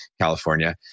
California